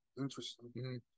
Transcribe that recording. Interesting